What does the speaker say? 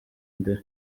imbere